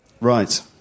Right